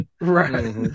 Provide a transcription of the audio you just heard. Right